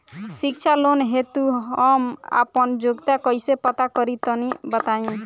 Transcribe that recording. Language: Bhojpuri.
शिक्षा लोन हेतु हम आपन योग्यता कइसे पता करि तनि बताई?